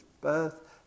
birth